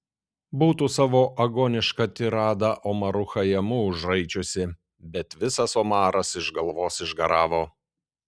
būtų savo agonišką tiradą omaru chajamu užraičiusi bet visas omaras iš galvos išgaravo